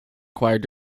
acquired